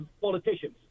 politicians